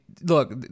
look